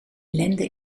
ellende